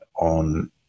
on